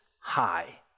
High